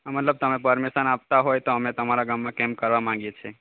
મતલબ તમે પરમિશન આપતા હોય તો અમે તમારા ગામમાં કેમ્પ કરવા માંગીએ છીએ